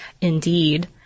Indeed